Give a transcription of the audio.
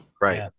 right